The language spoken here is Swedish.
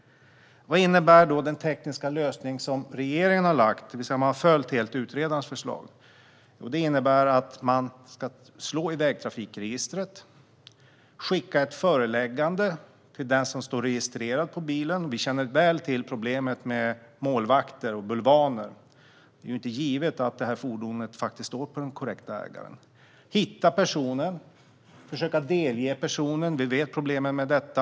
Vad innebär då den tekniska lösning som regeringen har lagt fram där den helt har följt utredarens förslag? Det innebär att man ska slå i vägtrafikregistret och skicka ett föreläggande till den som står registrerad på bilen. Vi känner väl till problemet med målvakter och bulvaner. Det är inte givet att fordonen står på den korrekta ägaren. Sedan ska man hitta personen och försöka delge personen. Vi vet problemen med detta.